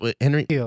Henry